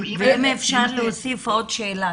אם אפשר להוסיף עוד שאלה.